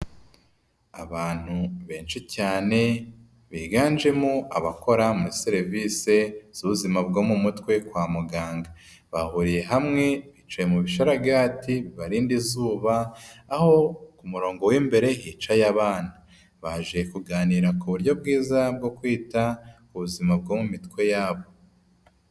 Abantu benshi cyane, biganjemo abakora muri serivise z'ubuzima bwo mu mutwe kwa muganga. Bahuriye hamwe, bicaye mu bishararagati barindade izuba, aho ku murongo w'imbere hicaye abana. Baje kuganira ku buryo bwiza bwo kwita ku buzima bwo mu mitwe yabo.